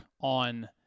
on